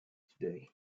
today